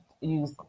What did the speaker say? use